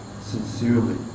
sincerely